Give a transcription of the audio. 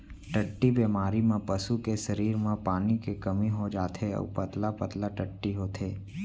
टट्टी बेमारी म पसू के सरीर म पानी के कमी हो जाथे अउ पतला पतला टट्टी होथे